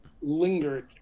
lingered